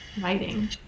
writing